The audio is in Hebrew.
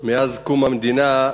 מאז קום המדינה,